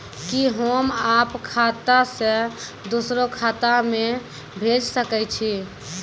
कि होम आप खाता सं दूसर खाता मे भेज सकै छी?